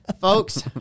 folks